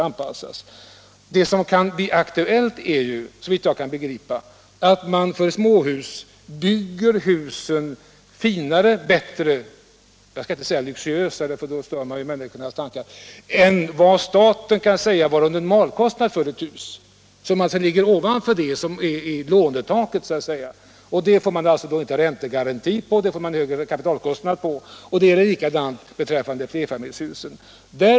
Vad som kan bli aktuellt är, såvitt jag kan begripa, att man bygger småhusen finare och bättre — jag skall inte säga luxuösare — än vad staten anser motsvara normalkostnad för ett hus. För den kostnad som ligger så att säga ovanför lånetaket får man då inte räntegaranti, och man får alltså en högre kapitalkostnad. Samma förhållande gäller flerfamiljshusen.